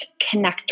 connector